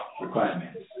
requirements